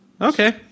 Okay